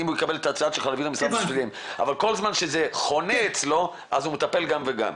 --- אבל כל זמן שזה חונה אצלו אז הוא מטפל גם וגם.